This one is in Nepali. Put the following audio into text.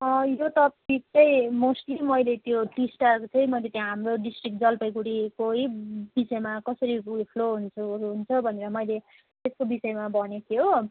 अँ यो त ठिकै मोस्टली मैले त्यो टिस्टाको चाहिँ मैले त्यहाँ हाम्रो डिस्ट्रिक्ट जलपाइगुडीकै बिचमा कसरी उयो फ्लो हुन्छ भनेर मैले त्यसको विषयमा भनेको थिएँ हो